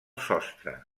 sostre